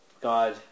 God